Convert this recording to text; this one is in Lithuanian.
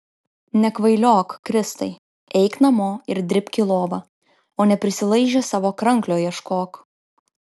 nekvailiok kristai eik namo ir dribk į lovą o ne prisilaižęs savo kranklio ieškok